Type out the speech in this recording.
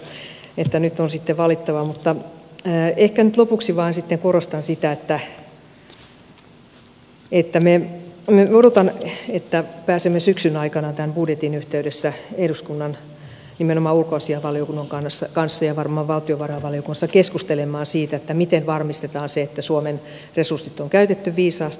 ymmärrätte varmaan että nyt on sitten valittava mutta ehkä nyt lopuksi vain sitten korostan sitä että odotan että pääsemme syksyn aikana tämän budjetin yhteydessä eduskunnan nimenomaan ulkoasiainvaliokunnan kanssa ja varmaan valtiovarainvaliokunnan kanssa keskustelemaan siitä miten varmistetaan se että suomen resurssit on käytetty viisaasti